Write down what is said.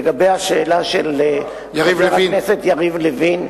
לגבי השאלה של חבר הכנסת יריב לוין,